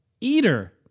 Eater